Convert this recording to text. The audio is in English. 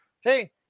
Hey